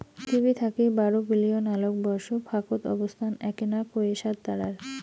পিথীবি থাকি বারো বিলিয়ন আলোকবর্ষ ফাকত অবস্থান এ্যাকনা কোয়েসার তারার